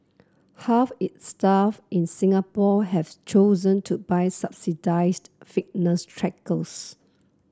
half its staff in Singapore have chosen to buy subsidised fitness trackers